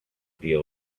deal